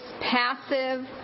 Passive